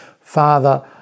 father